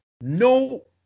No